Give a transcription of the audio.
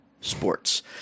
sports